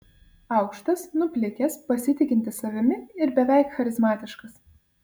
aukštas nuplikęs pasitikintis savimi ir beveik charizmatiškas